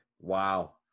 Wow